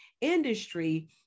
industry